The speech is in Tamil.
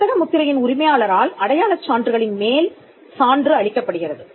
வர்த்தக முத்திரையின் உரிமையாளரால் அடையாளச் சான்றுகளின் மேல் சான்று அளிக்கப்படுகிறது